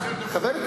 שוחרת שלום.